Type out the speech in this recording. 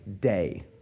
day